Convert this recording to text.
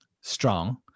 strong